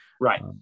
Right